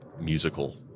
musical